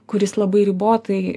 kuris labai ribotai